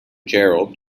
gerald